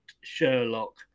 Sherlock